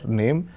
name